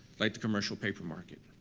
like the commercial paper market.